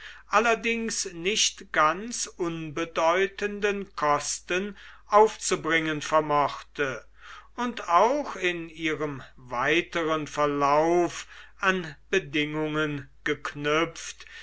allerdings nicht ganz unbedeutenden kosten aufzubringen vermochte und auch in ihrem weiteren verlauf an bedingungen geknüpft